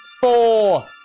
four